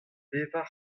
pevar